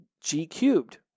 G-cubed